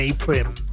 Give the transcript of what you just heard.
Prim